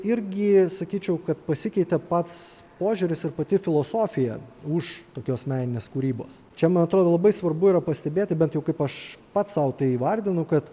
irgi sakyčiau kad pasikeitė pats požiūris ir pati filosofija už tokios meninės kūrybos čia man atrodo labai svarbu yra pastebėti bent jau kaip aš pats sau tai įvardinu kad